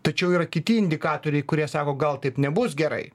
tačiau yra kiti indikatoriai kurie sako gal taip nebus gerai